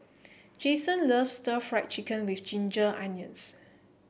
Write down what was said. Jason loves Stir Fried Chicken with Ginger Onions